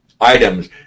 items